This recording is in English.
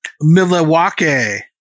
Milwaukee